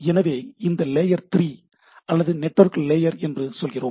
எனவே இதை லேயர் 3 அல்லது நெட்வொர்க் லேயர் என்று சொல்லுகிறோம்